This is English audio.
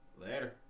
Later